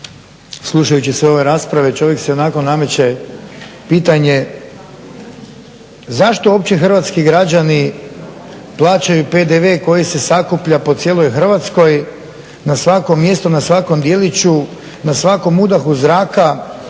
slušajući sve ove rasprave čovjeku se nameće pitanje, zašto uopće hrvatski građani plaćaju PDV koji se sakuplja po cijeloj Hrvatskoj na svakom mjestu, na svakom djeliću, na svakom udahu zraka,